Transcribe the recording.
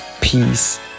Peace